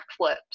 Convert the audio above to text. backflips